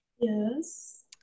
yes